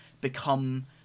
become